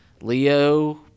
Leo